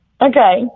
Okay